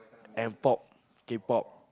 M-pop K-pop